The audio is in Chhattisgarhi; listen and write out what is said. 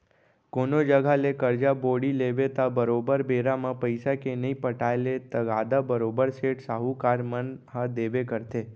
कोनो जघा ले करजा बोड़ी लेबे त बरोबर बेरा म पइसा के नइ पटाय ले तगादा बरोबर सेठ, साहूकार मन ह देबे करथे